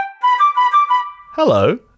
Hello